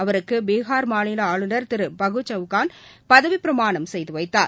அவருக்கு பீஹார் ஆளுநர் திரு பகு சவுகான் பதவி பிரமாணம் செய்து வைத்தார்